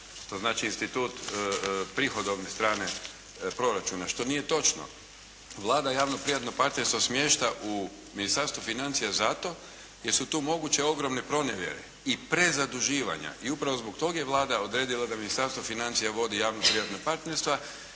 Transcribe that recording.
to znači institut prihodovne strane proračuna što nije točno. Vlada javno privatno partnerstvo smješta u Ministarstvo financija zato jer su tu moguće ogromne pronevjere i prezaduživanja, i upravo zbog toga je Vlada odredila da Ministarstvo financija vodi javna privatna partnerstva